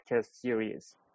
series